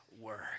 work